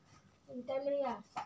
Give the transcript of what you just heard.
क्या नलकूप से सिंचाई कर सकते हैं?